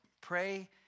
Pray